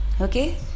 okay